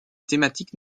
thématique